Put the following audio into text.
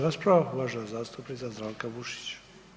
rasprava uvažena zastupnica Zdravka Bušić.